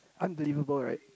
unbelievable right